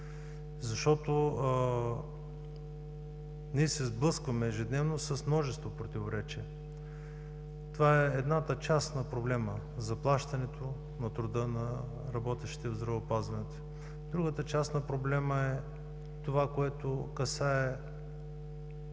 Защото ние се сблъскваме ежедневно с множество противоречия. Това е едната част на проблема – заплащането на труда на работещите в здравеопазването. Другата част на проблема е това, което касае